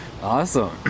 awesome